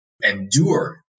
endure